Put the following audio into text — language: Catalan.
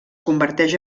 converteix